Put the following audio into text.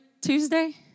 Tuesday